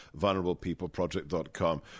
vulnerablepeopleproject.com